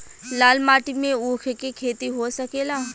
लाल माटी मे ऊँख के खेती हो सकेला?